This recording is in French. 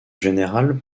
général